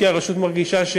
כי הרשות מרגישה,